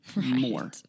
more